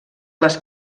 les